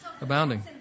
Abounding